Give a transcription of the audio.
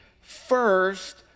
first